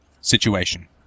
situation